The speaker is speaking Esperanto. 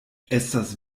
estas